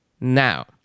Now